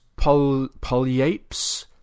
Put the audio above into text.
Polyapes